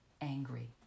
angry